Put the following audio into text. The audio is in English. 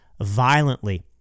violently